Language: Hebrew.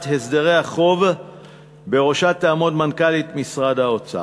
הסדרי החוב שבראשה תעמוד מנכ"לית משרד האוצר.